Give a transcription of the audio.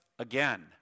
again